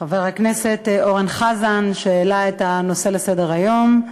חבר הכנסת אורן חזן, שהעלה את הנושא לסדר-היום,